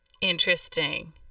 Interesting